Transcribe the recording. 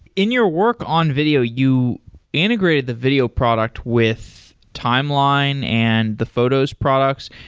in your work on video, you integrated the video product with timeline and the photos products.